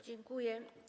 Dziękuję.